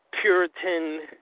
Puritan